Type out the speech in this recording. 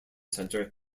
centre